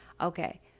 Okay